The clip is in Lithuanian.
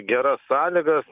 geras sąlygas